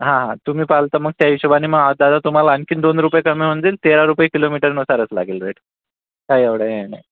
हा हा तुम्ही पाहाल तर मग त्या हिशोबानी मग दादा तुम्हाला आणखी दोन रुपये कमी होऊन जाईल तेरा रुपये किलोमीटर नुसारच लागेल रेट काही एवढं हे नाही